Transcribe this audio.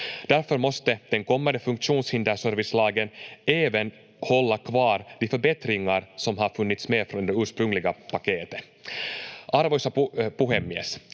Därför måste den kommande funktionshinderservicelagen även hålla kvar de förbättringar som har funnits med från det ursprungliga paketet. Arvoisa puhemies!